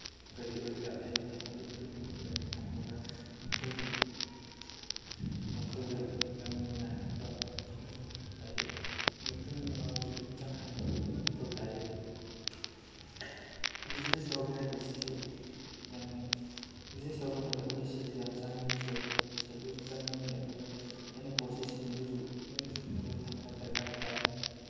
ꯀꯔꯤ ꯑꯣꯏꯒꯦꯔꯥ ꯑꯩꯅ ꯃꯗꯨ ꯄꯨꯝꯅꯃꯛꯇꯨ ꯊꯝꯃꯒ ꯃꯈꯣꯏꯒꯤ ꯋꯥꯈꯜꯗ ꯌꯥꯝꯅ ꯅꯨꯡꯉꯥꯏꯍꯟꯕ ꯑꯃꯁꯨꯡ ꯍꯥꯏꯗꯤ ꯃꯇꯨꯡ ꯃꯅꯥꯎꯗꯁꯨ ꯑꯗꯨꯝ ꯆꯪꯍꯟꯕ ꯃꯊꯧ ꯇꯥꯏꯌꯦ ꯕꯤꯖꯤꯅꯦꯁ ꯇꯧꯒꯦ ꯍꯥꯏꯕ ꯑꯁꯤꯁꯨ ꯌꯥꯝꯅ ꯕꯤꯖꯤꯅꯦꯁ ꯇꯧ ꯃꯇꯝꯗ ꯑꯩꯈꯣꯏꯅ ꯁꯦꯜꯁꯨ ꯌꯥꯝꯅ ꯆꯪꯉꯤ ꯁꯦꯜꯗꯨꯁꯨ ꯆꯪꯒꯅꯤ ꯑꯗꯨꯒ ꯑꯩꯅ ꯄꯣꯠ ꯆꯩꯁꯤꯡ ꯑꯗꯨꯁꯨ ꯂꯣꯏꯅ ꯁꯨꯅꯕ ꯊꯝꯕ ꯗꯔꯀꯥꯔ ꯇꯥꯏ